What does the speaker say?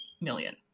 million